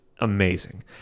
amazing